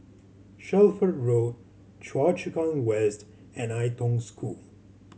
Shelford Road Choa Chu Kang West and Ai Tong School